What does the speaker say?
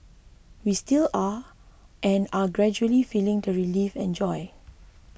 we still are and are gradually feeling the relief and joy